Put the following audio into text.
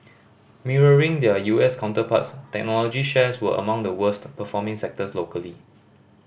mirroring their U S counterparts technology shares were among the worst performing sectors locally